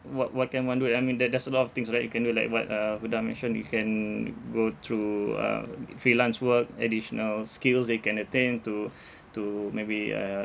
what what can one do I mean there~ there's a lot of things right you can do like what uh guda mentioned you can go through uh freelance work additional skills that you can attempt to to maybe uh